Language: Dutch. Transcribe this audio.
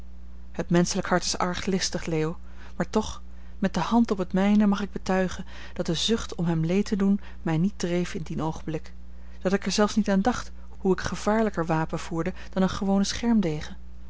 het menschelijk hart is arglistig leo maar toch met de hand op het mijne mag ik betuigen dat de zucht om hem leed te doen mij niet dreef in dien oogenblik dat ik er zelfs niet aan dacht hoe ik gevaarlijker wapen voerde dan een gewone